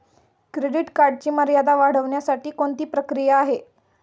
Credit कार्डची मर्यादा वाढवण्यासाठी कोणती प्रक्रिया आहे?